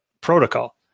protocol